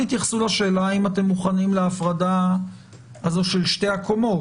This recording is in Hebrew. תתייחסו גם לשאלה אם אתם מוכנים להפרדה הזו של שתי הקומות.